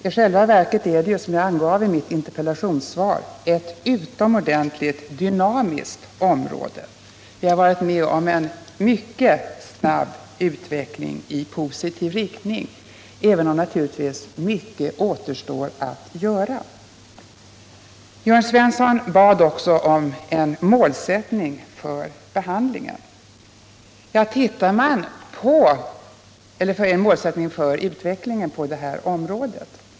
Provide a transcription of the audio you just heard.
I själva verket är det, som jag angav i mitt interpellationssvar, ett utomordentligt dynamiskt område. Vi har varit med om en mycket snabb utveckling i positiv riktning, även om naturligtvis mycket återstår att göra. Jörn Svensson bad också om en målsättning för utvecklingen på det här området.